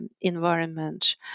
environment